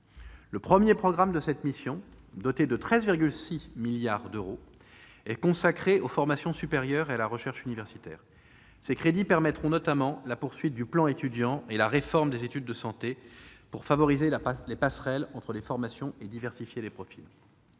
Le premier programme de cette mission, doté de 13,6 milliards d'euros, est consacré aux formations supérieures et à la recherche universitaire. Ses crédits permettront notamment la poursuite du plan Étudiants et la réforme des études de santé pour favoriser les passerelles entre formations et diversifier les profils.